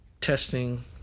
Testing